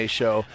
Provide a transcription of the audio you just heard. show